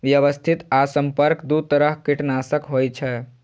व्यवस्थित आ संपर्क दू तरह कीटनाशक होइ छै